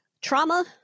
trauma